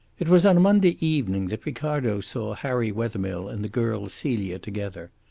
it was on a monday evening that ricardo saw harry wethermill and the girl celia together.